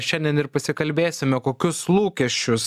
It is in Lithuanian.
šiandien ir pasikalbėsime kokius lūkesčius